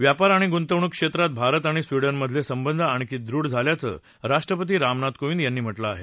व्यापार आणि गुंतवणुक क्षेत्रात भारत आणि स्वीडन मधले संबंध आणखी दृढ झाल्याचं राष्ट्रपती रामनाथ कोविंद यांनी म्हटलं आहे